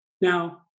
Now